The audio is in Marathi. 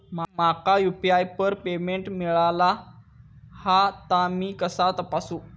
माका यू.पी.आय वर पेमेंट मिळाला हा ता मी कसा तपासू?